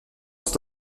sont